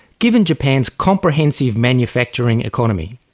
given japan's comprehensive manufacturing economy,